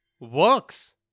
works